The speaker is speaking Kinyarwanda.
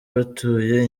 batuye